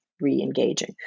re-engaging